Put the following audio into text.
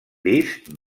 vist